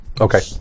Okay